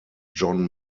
john